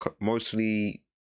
Mostly